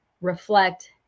reflect